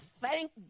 thank